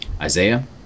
Isaiah